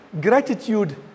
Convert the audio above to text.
gratitude